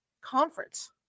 conference